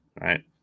Right